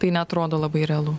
tai neatrodo labai realu